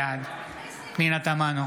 בעד פנינה תמנו,